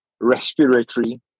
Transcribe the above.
respiratory